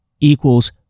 equals